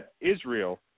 Israel